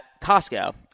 Costco